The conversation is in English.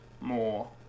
more